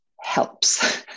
helps